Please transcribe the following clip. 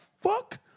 fuck